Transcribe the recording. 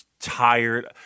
tired